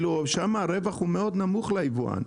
שם הרווח הוא מאוד נמוך ליבואן,